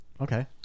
Okay